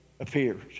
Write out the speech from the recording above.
appears